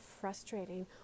frustrating